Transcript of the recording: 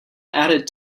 added